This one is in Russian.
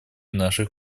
наших